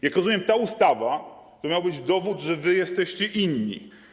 Jak rozumiem, ta ustawa to miał być dowód, że wy jesteście inni.